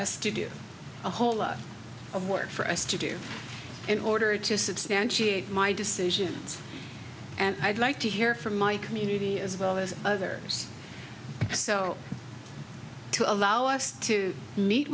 us to do a whole lot of work for us to do in order to substantiate my decisions and i'd like to hear from my community as well as others so to allow us to meet